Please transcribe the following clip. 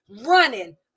running